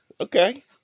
Okay